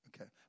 Okay